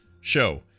show